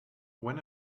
when